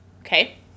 okay